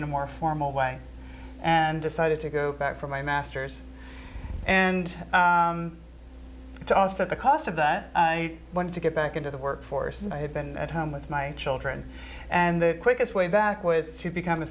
in a more formal way and decided to go back for my master's and to also the cost of that i wanted to get back into the workforce and i had been at home with my children and the quickest way back was to become a